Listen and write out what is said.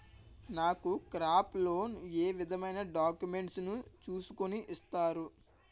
నాకు crop loan ఏ విధమైన డాక్యుమెంట్స్ ను చూస్కుని ఇస్తారు?